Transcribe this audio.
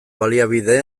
baliabide